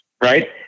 Right